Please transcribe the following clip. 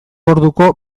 orduko